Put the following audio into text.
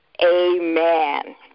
amen